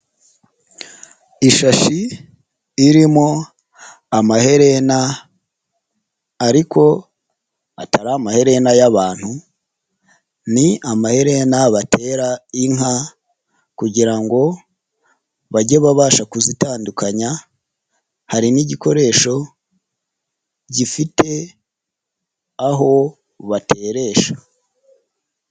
Ishashi irimo amaherena ariko atari amaherena y'abantu. Ni amaherena batera inka kugira ngo bajye babasha kuzitandukanya. Hari n'igikoresho gifite aho bateresha.